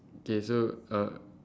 okay so uh